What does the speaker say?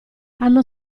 hanno